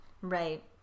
Right